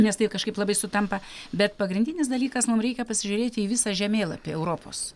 nes tai kažkaip labai sutampa bet pagrindinis dalykas mum reikia pasižiūrėti į visą žemėlapį europos